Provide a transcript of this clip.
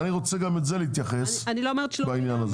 אני עדיין רוצה להתייחס בעניין הזה.